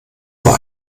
vor